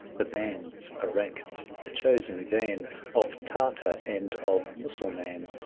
the bands are ranked the chosen van of tartar and of mussulman,